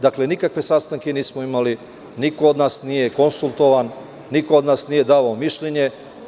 Dakle, nikakve sastanke nismo imali, niko od nas nije konsultovan, niko od nas nije davao mišljenje.